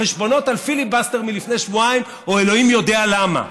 חשבונות על פיליבסטר מלפני שבועיים או אלוהים יודע למה,